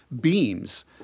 beams